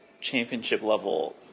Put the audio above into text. championship-level